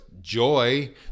joy